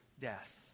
death